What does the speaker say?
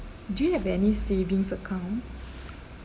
do you have any savings account